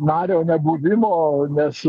nario nebuvimo nes